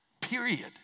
period